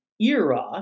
era